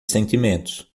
sentimentos